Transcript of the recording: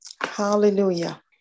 Hallelujah